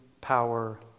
power